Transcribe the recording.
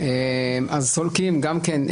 עוברים לדבר הבא.